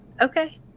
okay